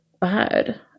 bad